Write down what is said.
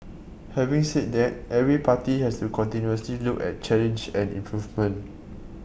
having said that every party has to continuously look at change and improvement